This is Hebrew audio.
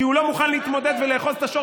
כי הוא לא מוכן להתמודד ולאחוז את השור